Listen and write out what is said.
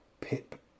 Pip